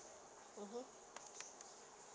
mmhmm